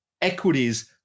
equities